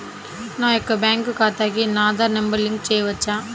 నా యొక్క బ్యాంక్ ఖాతాకి నా ఆధార్ నంబర్ లింక్ చేయవచ్చా?